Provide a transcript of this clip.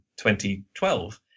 2012